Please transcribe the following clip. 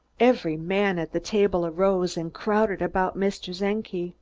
every man at the table arose and crowded about mr. czenki,